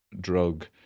drug